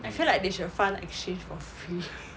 I feel like they should fund exchange for free